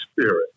Spirit